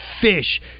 fish